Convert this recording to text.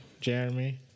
Jeremy